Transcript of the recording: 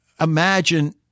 imagine